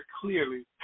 clearly